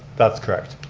that's correct.